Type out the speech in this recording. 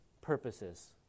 purposes